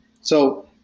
So-